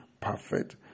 perfect